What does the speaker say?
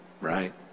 right